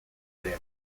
ere